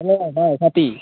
hello भाइ साथी